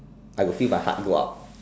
I will feel my heart go up